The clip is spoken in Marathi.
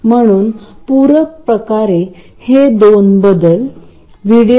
तर मी म्हटल्या प्रमाणे ही अशी टोपोलॉजी आहे